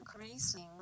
increasing